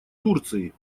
турции